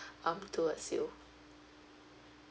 um towards you